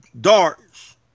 darts